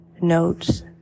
notes